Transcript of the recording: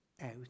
out